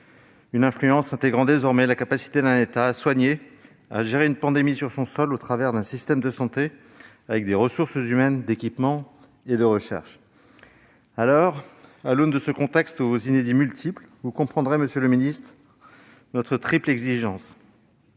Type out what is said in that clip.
Cette influence intègre désormais la capacité d'un État à soigner, à gérer une pandémie sur son sol, au travers d'un système de santé et avec des ressources humaines, d'équipement et de recherche. À l'aune de ce contexte aux inédits multiples, vous comprendrez, monsieur le ministre, notre triple exigence.